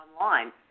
online